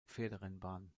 pferderennbahn